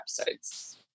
episodes